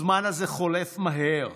הזמן הזה חולף מהר.